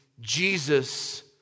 Jesus